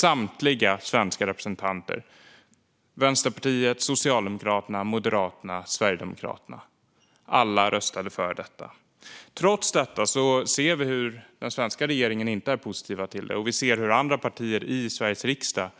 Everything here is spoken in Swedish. Samtliga svenska representanter från Vänsterpartiet, Socialdemokraterna, Moderaterna och Sverigedemokraterna röstade för detta. Trots det ser vi att den svenska regeringen inte är positiv till detta, och vi ser att andra partier i Sveriges riksdag